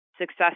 success